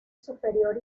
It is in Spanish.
superior